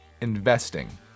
investing